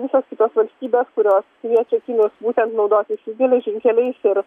visos kitos valstybės kurios kviečia kinus būtent naudotis jų geležinkeliais ir